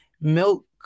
milk